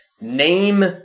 name